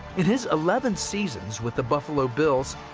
in his eleven seasons with the buffalo bills,